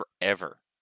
forever